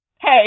hey